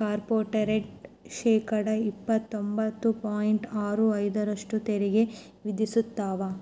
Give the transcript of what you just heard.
corporate ಶೇಕಡಾ ಇಪ್ಪತ್ತೊಂಬತ್ತು point ಆರು ಐದರಷ್ಟು ತೆರಿಗೆ ವಿಧಿಸ್ತವ